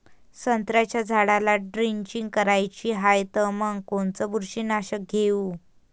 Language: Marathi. संत्र्याच्या झाडाला द्रेंचींग करायची हाये तर मग कोनच बुरशीनाशक घेऊ?